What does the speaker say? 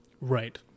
Right